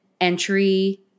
entry